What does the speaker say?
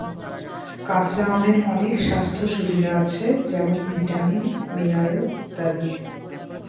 কাঁচা আমের অনেক স্বাস্থ্য সুবিধা আছে যেমন ভিটামিন, মিনারেল ইত্যাদি